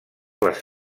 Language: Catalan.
les